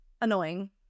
annoying